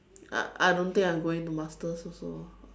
I I don't think I'm going to masters also